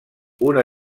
una